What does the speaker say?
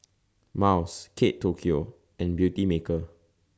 Miles Kate Tokyo and Beautymaker